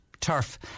Turf